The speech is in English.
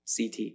CT